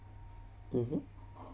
mmhmm